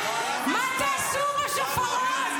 --- מה תעשו בשופרות?